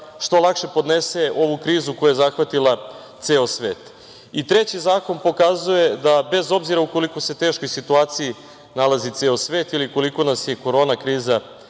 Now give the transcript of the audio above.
što lakše podnese ovu krizu koja je zahvatila ceo svet. Treći zakon pokazuje da bez obzira i koliko se teškoj situaciji nalazi ceo svet, ili koliko nas je korona kriza